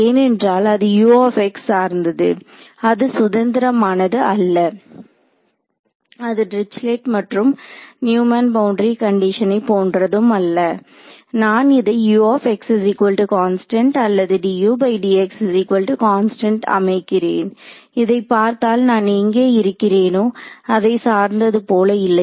ஏனென்றால் அது சார்ந்தது அது சுதந்திரமானது அல்ல அது டிரிச்லெட் மற்றும் நியூமேன் பவுண்டரி கண்டிஷனை போன்றது அல்ல நான் இதை அல்லது அமைக்கிறேன் அதைப் பார்த்தால் நான் எங்கே இருக்கிறேனோ அதை சார்ந்தது போல இல்லை